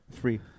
Free